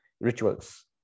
rituals